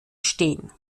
stehen